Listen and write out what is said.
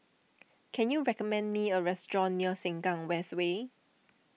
can you recommend me a restaurant near Sengkang West Way